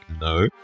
no